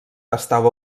estava